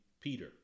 Peter